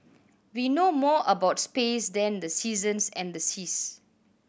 we know more about space than the seasons and the seas